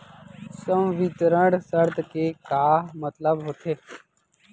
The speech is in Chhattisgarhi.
संवितरण शर्त के का मतलब होथे?